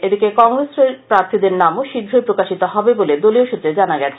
এদকি কংগরসেরে পরারথীদরে নামও শীঘ্রই প্রকাশতি হবে বলে দলীয় সূত্রে জানা গছে